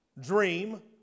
dream